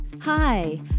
Hi